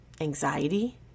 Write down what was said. anxiety